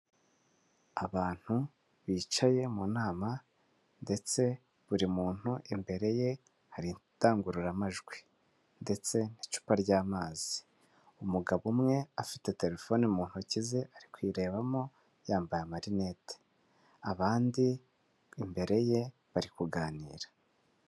Abantu bicaye mu nama ndetse buri muntu imbere ye hari indangururamajwi ndetse n'icupa ry'amazi, umugabo umwe afite terefone mu ntoki ze ari kuyirebamo yambaye amarinete abandi imbere ye bari kuganira.